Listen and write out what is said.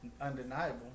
undeniable